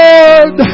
Lord